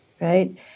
Right